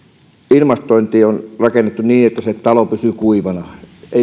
ilmastointi on rakennettu niin että se talo pysyy kuivana ei